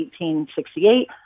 1868